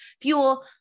fuel